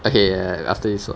okay ya after we stop